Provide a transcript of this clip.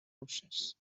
russes